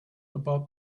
about